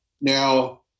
Now